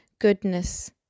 goodness